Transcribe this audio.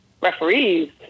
referees